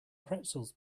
pretzels